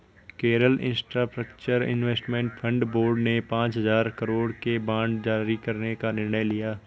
Kerala infrastructure investment fund board ने पांच हजार करोड़ के बांड जारी करने का निर्णय लिया